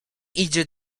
idzie